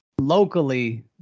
locally